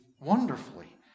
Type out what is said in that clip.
wonderfully